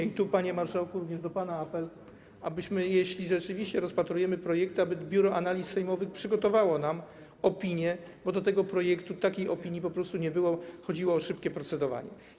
I tu, panie marszałku, również do pana apel, żeby w sytuacji, kiedy rzeczywiście rozpatrujemy projekty, Biuro Analiz Sejmowych przygotowało nam opinię, bo do tego projektu takiej opinii po prostu nie było, chodziło o szybkie procedowanie.